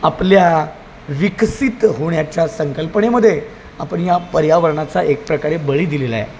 आपल्या विकसित होण्याच्या संकल्पनेमध्ये आपण या पर्यावरणाचा एक प्रकारे बळी दिलेला आहे